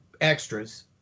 extras